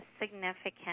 significant